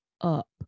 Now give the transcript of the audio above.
Up